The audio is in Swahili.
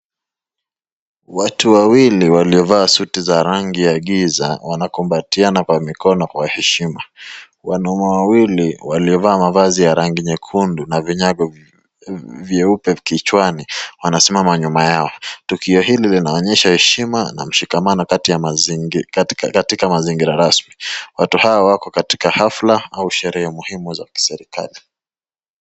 Watu wawili walio vaa rangi ya giza, wanakumbatiana kwa mikono kwa heshima wanaume wawili walivaa rangi nyekunduku na vinyago vieupe kichwani wanasimama nyuma yao tukio hili linaonyesha heshima na mshikamano katika mazingira rasmi watu hao wako katika hafla au sherehe muhimu za kiserikali.